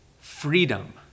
freedom